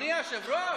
אדוני היושב-ראש,